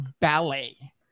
ballet